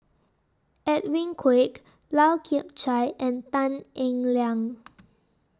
Edwin Koek Lau Chiap Khai and Tan Eng Liang